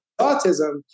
autism